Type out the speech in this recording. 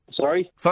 Sorry